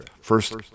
First